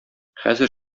хәзер